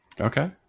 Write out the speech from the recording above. Okay